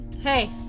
Hey